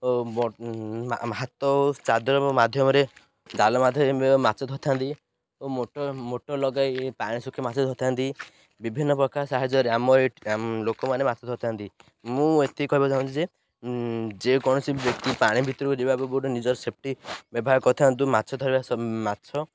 ଓ ହାତ ଓ ଚାଦର ମାଧ୍ୟମରେ ଜାଲ ମାଧ୍ୟମରେ ମାଛ ଧରିଥାନ୍ତି ଓ ମୋଟର୍ ଲଗାଇ ପାଣି ଶୁଖି ମାଛ ଧରିଥାନ୍ତି ବିଭିନ୍ନ ପ୍ରକାର ସାହାଯ୍ୟରେ ଆମର ଲୋକମାନେ ମାଛ ଧରିଥାନ୍ତି ମୁଁ ଏତିକି କହିବାକୁ ଚାହୁଁଛି ଯେ ଯେକୌଣସି ବ୍ୟକ୍ତି ପାଣି ଭିତରକୁ ଯିବାକୁ ଗୋଟେ ନିଜର ସେଫ୍ଟି ବ୍ୟବହାର କରିଥାନ୍ତୁ ମାଛ ଧରିବା ମାଛ